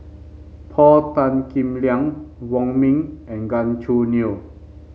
Paul Tan Kim Liang Wong Ming and Gan Choo Neo